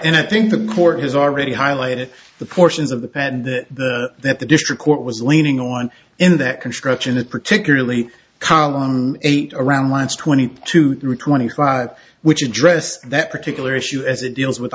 and i think the court has already highlighted the portions of the pen that the that the district court was leaning on in that construction and particularly college eight around wants twenty two twenty five which address that particular issue as it deals with